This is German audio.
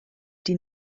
die